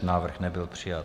Návrh nebyl přijat.